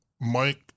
Mike